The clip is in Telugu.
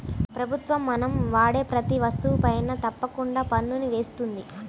ప్రభుత్వం మనం వాడే ప్రతీ వస్తువుపైనా తప్పకుండా పన్నుని వేస్తుంది